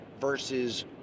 versus